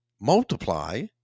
multiply